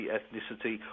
ethnicity